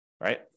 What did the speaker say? right